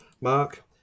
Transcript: Mark